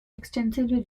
extensively